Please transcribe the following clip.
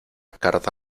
carta